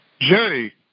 Jerry